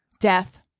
Death